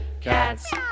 Cats